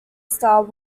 star